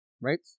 Right